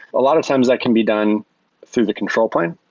a lot of times, that can be done through the control plane.